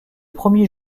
premier